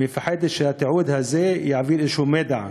מפחדת שהתיעוד הזה יעביר איזשהו מידע.